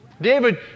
David